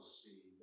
see